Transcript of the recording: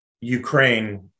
Ukraine